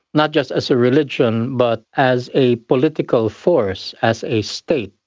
not just as a religion but as a political force, as a state,